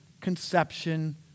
conception